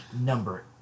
number